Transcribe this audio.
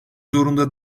zorunda